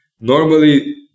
Normally